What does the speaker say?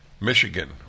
Michigan